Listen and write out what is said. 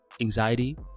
anxiety